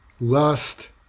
lust